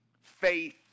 faith